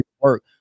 work